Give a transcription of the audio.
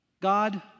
God